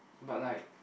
but like